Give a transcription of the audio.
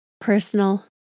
personal